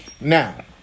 Now